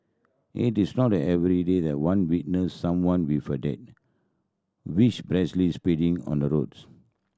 it is not everyday that one witness someone with a dead wish speeding on the roads